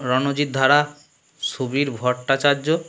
Ranjit Dhara Subir Bhattacharya